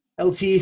LT